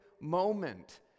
moment